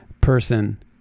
person